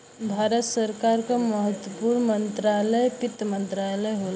भारत सरकार क महत्वपूर्ण मंत्रालय वित्त मंत्रालय होला